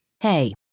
Hey